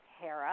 Hera